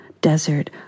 desert